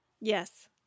Yes